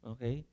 Okay